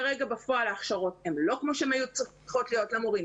כרגע בפועל ההכשרות הן לא כמו שהן היו צריכות להיות למורים.